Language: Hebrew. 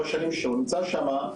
שלוש-ארבע שנים שבית החולים נמצא שם,